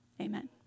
amen